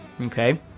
okay